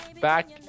back